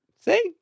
See